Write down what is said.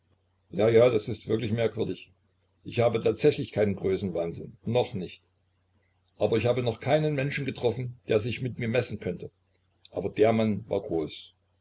ja ja das ist wirklich merkwürdig ich habe tatsächlich keinen größenwahnsinn noch nicht aber ich habe noch keinen menschen getroffen der sich mit mir messen könnte aber der mann war groß